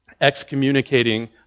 excommunicating